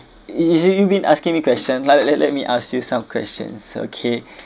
you you've been asking me question like let let me ask you some questions okay